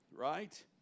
right